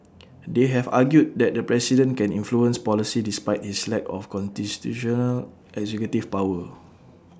they have argued that the president can influence policy despite his lack of constitutional executive power